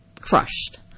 crushed